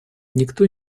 никто